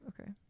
Okay